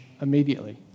immediately